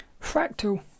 fractal